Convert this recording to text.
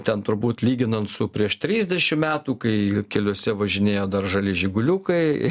ten turbūt lyginant su prieš trisdešim metų kai keliuose važinėjo dar žali žiguliukai